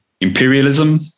imperialism